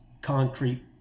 concrete